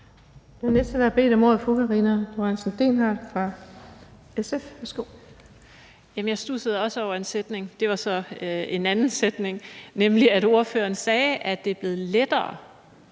Jeg studsede også over en sætning, men det var så en anden sætning, nemlig det, at ordføreren sagde, at det er blevet lettere